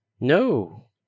No